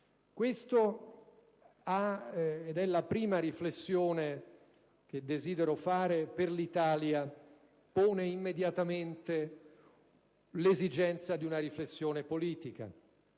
Questo - ed è la prima riflessione che desidero fare - per l'Italia pone immediatamente l'esigenza di una riflessione politica.